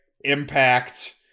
Impact